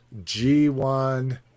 G1